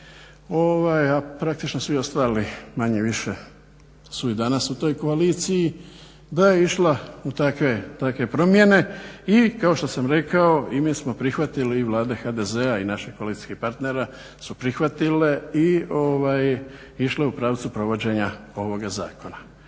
a praktično svi ostali manje-više su i danas u toj koaliciji, da je išla u takve promjene i kao što sam rekao i mi smo prihvatili i Vlada HDZ-a i naših koalicijskih partnera su prihvatile i išle u pravcu provođenja ovoga Zakona.